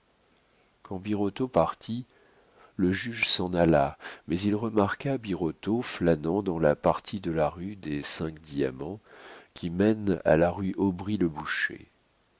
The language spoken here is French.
birotteau partit le juge s'en alla mais il remarqua birotteau flânant dans la partie de la rue des cinq diamants qui mène à la rue aubry le boucher